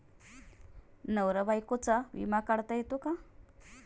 नवरा बायकोचा विमा काढता येतो का?